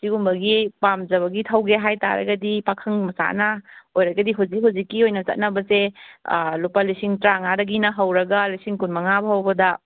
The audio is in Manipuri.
ꯁꯤꯒꯨꯝꯕꯒꯤ ꯄꯥꯝꯖꯕꯒꯤ ꯊꯧꯒꯦ ꯍꯥꯏꯇꯥꯔꯒꯗꯤ ꯄꯥꯈꯪ ꯃꯆꯥꯅ ꯑꯣꯏꯔꯒꯗꯤ ꯍꯧꯖꯤꯛ ꯍꯧꯖꯤꯛꯀꯤ ꯑꯣꯏꯅ ꯆꯠꯅꯕꯁꯦ ꯂꯨꯄꯥ ꯂꯤꯁꯤꯡ ꯇꯔꯥꯃꯉꯥꯗꯒꯤꯅ ꯍꯧꯔꯒ ꯂꯤꯁꯤꯡ ꯀꯨꯟ ꯃꯉꯥ ꯐꯥꯎꯕꯗ